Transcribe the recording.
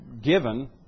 given